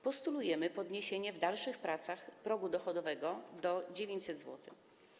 Postulujemy podniesienie w dalszych pracach progu dochodowego do 900 zł.